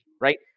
right